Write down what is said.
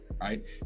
right